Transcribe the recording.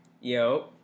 yo